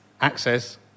access